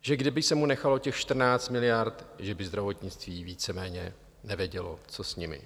Že kdyby se mu nechalo těch 14 miliard, že by zdravotnictví víceméně nevědělo, co s nimi.